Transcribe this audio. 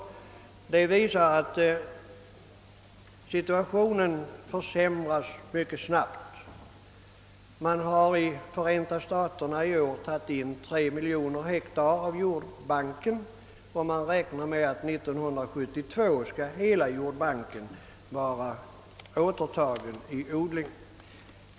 Dessa siffror visar att situationen försämras mycket snabbt. Man har i Förenta staterna i år tagit in 3 miljoner hektar av jordbanken, och man räknar med att hela jordbanken skall vara återtagen i odling 1972.